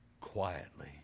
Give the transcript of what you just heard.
quietly